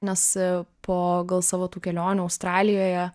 nes po gal savo tų kelionių australijoje